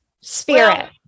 spirit